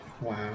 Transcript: Wow